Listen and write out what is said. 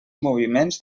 moviments